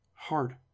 hard